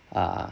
ah